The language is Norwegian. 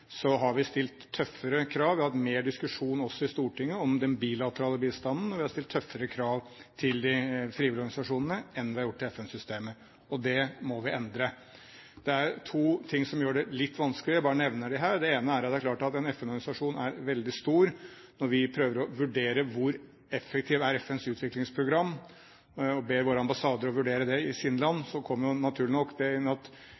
har stilt tøffere krav til og har hatt mer diskusjon også i Stortinget om den bilaterale bistanden, og at vi har stilt tøffere krav til de frivillige organisasjonene enn det vi har gjort til FN-systemet. Det må vi endre. Det er to ting som gjør dette litt vanskelig, og jeg bare nevner dem her. Det er klart at en FN-organisasjon er veldig stor. Når vi prøver å vurdere hvor effektivt FNs utviklingsprogram er, og ber våre ambassader vurdere det i sine land, kommer det naturlig nok inn at